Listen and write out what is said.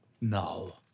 No